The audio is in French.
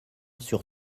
sur